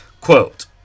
Quote